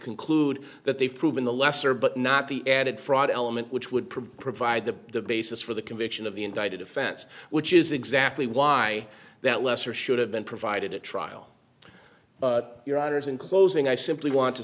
conclude that they've proven the lesser but not the added fraud element which would provide provide the basis for the conviction of the indicted offense which is exactly why that lesser should have been provided at trial but your honors in closing i simply want to